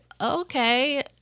okay